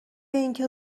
اینکه